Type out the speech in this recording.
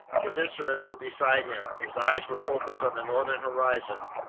his instruments were beside him. his eyes were focused on the northern horizon,